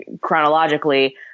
chronologically